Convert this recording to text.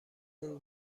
اون